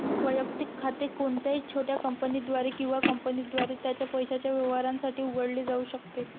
वैयक्तिक खाते कोणत्याही छोट्या कंपनीद्वारे किंवा कंपनीद्वारे त्याच्या पैशाच्या व्यवहारांसाठी उघडले जाऊ शकते